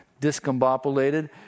discombobulated